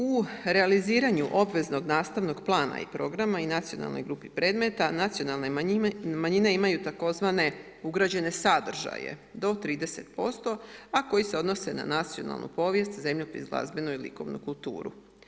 U realiziranju obveznog nastavnog plana i programa i nacionalnoj grupi predmeta nacionalne manjine imaju tzv. ugrađene sadržaje do 30% a koji se odnose na nacionalnu povijest, zemljopis, glazbenu i likovnu kulturu.